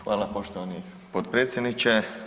Hvala poštovani potpredsjedniče.